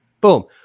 Boom